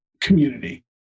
community